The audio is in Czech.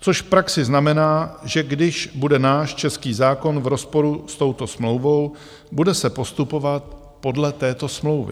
Což v praxi znamená, že když bude náš český zákon v rozporu s touto smlouvou, bude se postupovat podle této smlouvy.